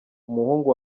umuhungu